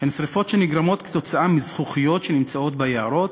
שרפות שנגרמות מזכוכיות שנמצאות ביערות